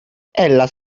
ella